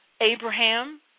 Abraham